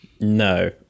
No